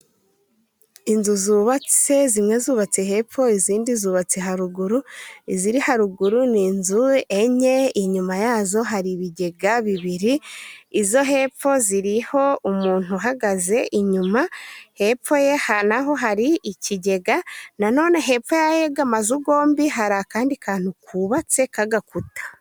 Inzu zubatse zimwe zubatse hepfo izindi zubatse haruguru, iziri haruguru ni inzu enye inyuma yazo hari ibigega bibiri, izo hepfo ziriho umuntu uhagaze inyuma, hepfo ye naho hari ikigega nanone hepfo yaa yega amazu bombi hari akandi kantu kubatse k'agakuta.